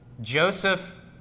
Joseph